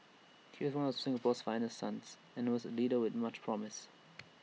he is one of Singapore's finest sons and was A leader with much promise